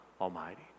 Almighty